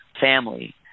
family